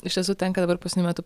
iš tiesų tenka dabar paskutiniu metu